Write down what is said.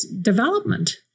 development